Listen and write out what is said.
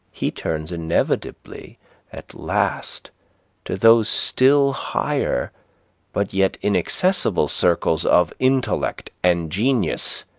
he turns inevitably at last to those still higher but yet inaccessible circles of intellect and genius,